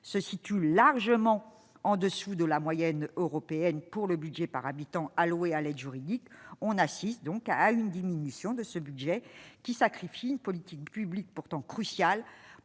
se situe largement en dessous de la moyenne européenne pour le budget par habitant alloués à l'aide juridique, on assiste donc à une diminution de ce budget, qui sacrifie une politique publique pourtant crucial